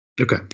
Okay